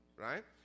right